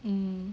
mm